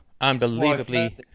unbelievably